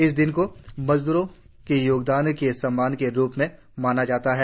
इस दिन को मजदूरों के योगदान के सम्मान के रूप में मनाया जाता है